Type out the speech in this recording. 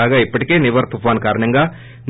కాగా ఇప్పటికే నివర్ తుఫాన్ కారణంగా